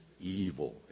evil